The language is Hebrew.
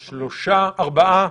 ארבעה.